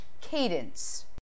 cadence